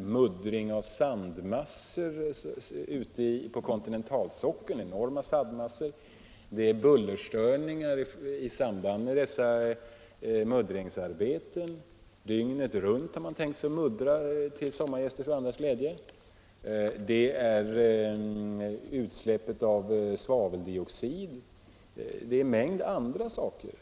muddring av enorma sandmassor på kontinentalsockeln, bullerstörningar i samband med dessa muddringsarbeten — man har tänkt sig att muddra dygnet runt till glädje för sommargäster och andra — utsläpp av svaveldioxid och en mängd andra saker.